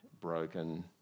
broken